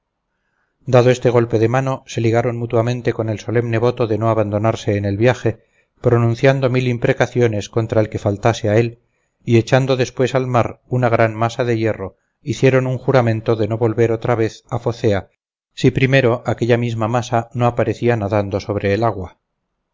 dado este golpe de mano se ligaron mutuamente con el solemne voto de no abandonarse en el viaje pronunciando mil imprecaciones contra el que faltase a él y echando después al mar una gran masa de hierro hicieron un juramento de no volver otra vez a focea si primero aquella misma masa no aparecía nadando sobre el agua